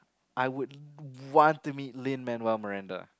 I would want to meet Lin-Manuel-Marinda